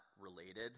related